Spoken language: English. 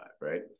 right